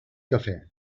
café